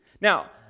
Now